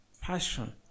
passion